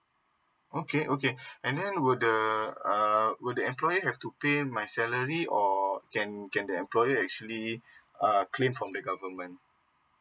okay okay and then would the uh would the employer have to pay my salary or can can the employer actually uh claim from the government